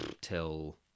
till